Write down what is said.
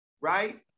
right